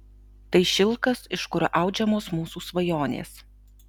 tai šilkas iš kurio audžiamos mūsų svajonės